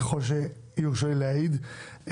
ככל שיורשה לי להעיד,